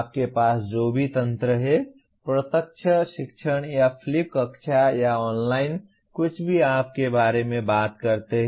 आपके पास जो भी तंत्र है प्रत्यक्ष शिक्षण या फ़्लिप कक्षा या ऑनलाइन कुछ भी आप के बारे में बात करते हैं